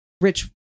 rich